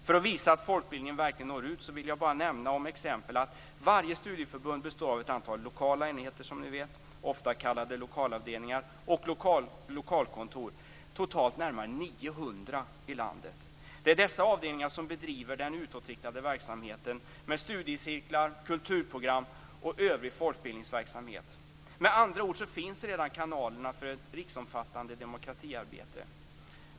För att visa att folkbildningen verkligen når ut vill jag bara nämna som exempel att varje studieförbund består som ni vet av ett antal lokala enheter, ofta kallade lokalavdelningar, och lokalkontor, totalt närmare 900 i landet. Det är dessa avdelningar som bedriver den utåtriktade verksamheten med studiecirklar, kulturprogram och övrig folkbildningsverksamhet. Med andra ord finns redan kanalerna för ett riksomfattande demokratiarbete.